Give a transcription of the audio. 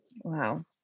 Wow